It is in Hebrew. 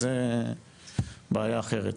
אז זו בעיה אחרת.